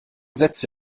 sätze